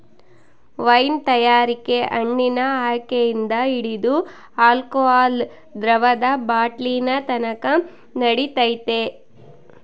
wine ತಯಾರಿಕೆ ಹಣ್ಣಿನ ಆಯ್ಕೆಯಿಂದ ಹಿಡಿದು ಆಲ್ಕೋಹಾಲ್ ದ್ರವದ ಬಾಟ್ಲಿನತಕನ ನಡಿತೈತೆ